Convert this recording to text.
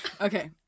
okay